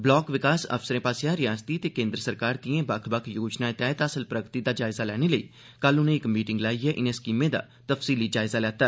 block विकास अफसरें आसेया रियासती ते केन्द्र सरकार दियें बक्ख बक्ख योजनाएं तैहत हासल प्रगति दा जायज़ा लैने लेई कल उनें इक मीटिंग लाइयै इनें स्कीमें दा तफसीली जायज़ा लैता